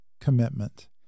commitment